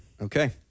Okay